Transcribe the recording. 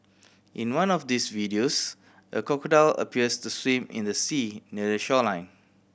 in one of these videos a crocodile appears to swim in the sea near the shoreline